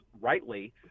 rightly